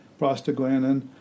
prostaglandin